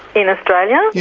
in australia? yeah